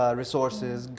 resources